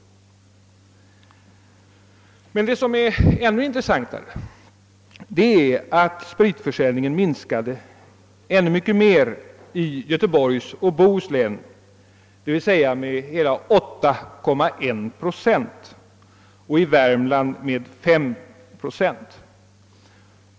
Men ändå intressantare är att spritförsäljningen minskade ännu mycket mer i Göteborgs och Bohus län — med hela 8,1 procent — och i Värmlands län med 5 procent.